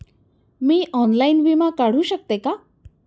मी online विमा काढू शकते का?